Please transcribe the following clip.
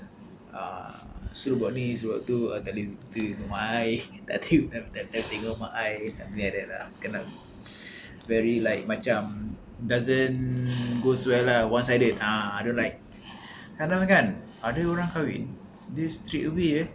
uh suruh buat ni suruh buat tu uh tak boleh tidur rumah I tak tengok mak I something like that lah kena very like macam doesn't goes well lah once ada ah I don't like kadang-kadang kan ada orang kahwin dia straightaway eh